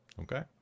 Okay